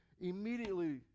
immediately